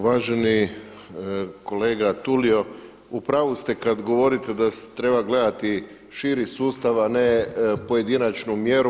Uvaženi kolega Tulio u pravu ste kada govorite da treba gledati širi sustav, a ne pojedinačnu mjeru.